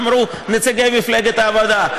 אמרו נציגי מפלגת העבודה,